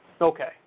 Okay